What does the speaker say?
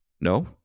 No